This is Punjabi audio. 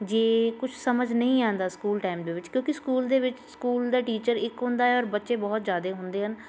ਜੇ ਕੁਛ ਸਮਝ ਨਹੀਂ ਆਉਂਦਾ ਸਕੂਲ ਟਾਈਮ ਦੇ ਵਿੱਚ ਕਿਉਂਕਿ ਸਕੂਲ ਦੇ ਵਿੱਚ ਸਕੂਲ ਦਾ ਟੀਚਰ ਇੱਕ ਹੁੰਦਾ ਹੈ ਔਰ ਬੱਚੇ ਬਹੁਤ ਜ਼ਿਆਦਾ ਹੁੰਦੇ ਹਨ